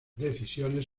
decisiones